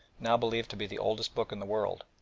now believed to be the oldest book in the world.